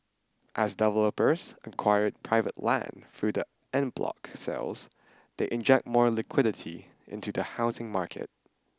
as developers acquire private land through the en bloc sales they inject more liquidity into the housing market